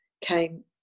came